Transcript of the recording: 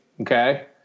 okay